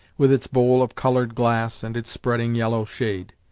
with its bowl of coloured glass and its spreading yellow shade.